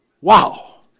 wow